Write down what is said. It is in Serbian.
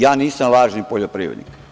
Ja nisam lažni poljoprivrednik.